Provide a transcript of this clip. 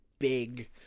big